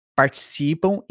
participam